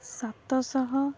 ସାତଶହ